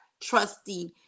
trusting